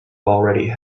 already